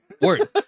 Word